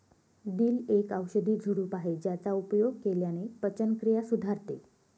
दिल एक औषधी झुडूप आहे ज्याचा उपयोग केल्याने पचनक्रिया सुधारते